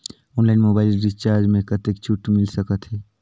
Online mobile recharge मे कतेक छूट मिल सकत हे?